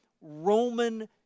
Roman